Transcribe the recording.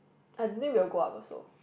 I think we will go up also